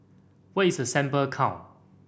what is a sample count